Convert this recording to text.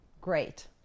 Great